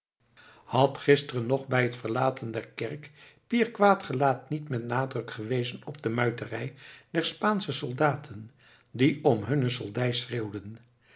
had gisteren nog bij het verlaten der kerk pier quaet gelaet niet met nadruk gewezen op de muiterij der spaansche soldaten die om hunne soldij schreeuwden